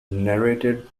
narrated